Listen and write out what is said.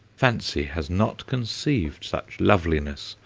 fancy has not conceived such loveliness,